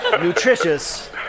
nutritious